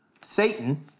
Satan